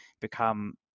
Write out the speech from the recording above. become